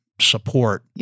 support